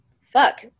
Fuck